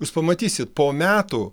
jūs pamatysit po metų